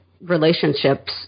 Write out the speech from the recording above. relationships